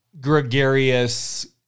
gregarious